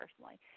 personally